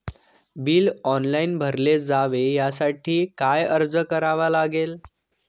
Bill online भरले जावे यासाठी काय अर्ज करावा लागेल?